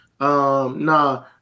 nah